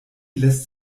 lässt